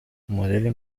مدل